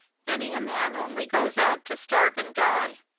many a man only goes out to starve and die.